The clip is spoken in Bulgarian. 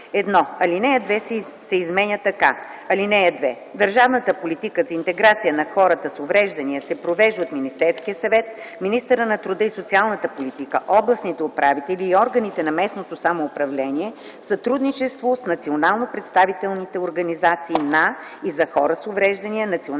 1. Алинея 2 се изменя така: „(2) Държавната политика за интеграция на хората с увреждания се провежда от Министерския съвет, министъра на труда и социалната политика, областните управители и органите на местното самоуправление в сътрудничество с национално представителните организации на и за хората с увреждания, национално представителните организации